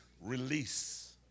release